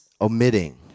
omitting